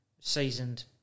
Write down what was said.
seasoned